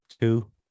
Two